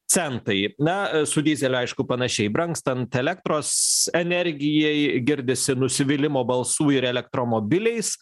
centai na su dyzeliu aišku panašiai brangstant elektros energijai girdisi nusivylimo balsų ir elektromobiliais